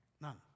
None